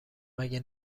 مگه